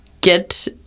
get